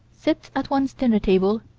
sit at one's dinner table,